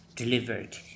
Delivered